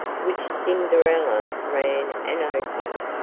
which cinderella ran and opened.